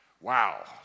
Wow